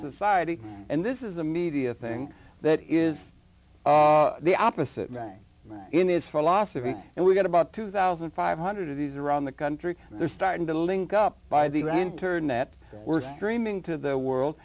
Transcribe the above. society and this is a media thing that is the opposite in this philosophy and we've got about two thousand five hundred of these around the country and they're starting to link up by the internet we're screaming to the world